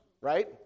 Right